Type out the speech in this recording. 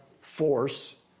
force